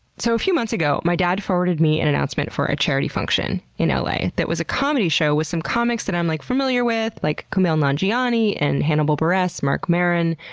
so a few months ago, my dad forwarded me an announcement for a charity function in l a. that was a comedy show with some comics that i'm, like, familiar with like kumail nanjiani, and hannibal buress, marc maron,